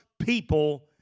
people